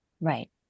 Right